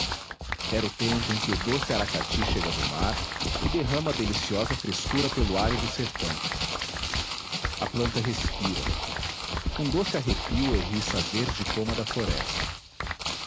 era o tempo em que o doce aracati chega do mar e derrama a deliciosa frescura pelo árido sertão a planta respira um doce arrepio erriça a verde coma da floresta